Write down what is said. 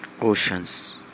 oceans